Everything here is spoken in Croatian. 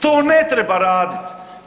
To ne treba raditi.